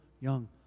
young